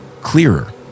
clearer